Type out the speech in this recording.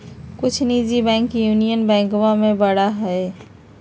कुछ निजी bank union बैंकवा से बड़ा हई